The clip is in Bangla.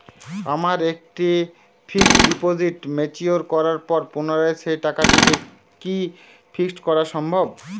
আমার একটি ফিক্সড ডিপোজিট ম্যাচিওর করার পর পুনরায় সেই টাকাটিকে কি ফিক্সড করা সম্ভব?